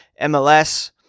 MLS